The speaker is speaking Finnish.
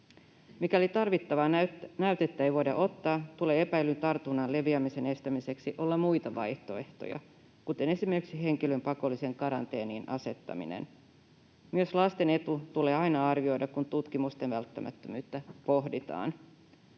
Mikäli tarvittavaa näytettä ei voida ottaa, tulee epäillyn tartunnan leviämisen estämiseksi olla muita vaihtoehtoja, kuten esimerkiksi henkilön pakolliseen karanteeniin asettaminen. Myös lasten etu tulee aina arvioida, kun tutkimusten välttämättömyyttä pohditaan.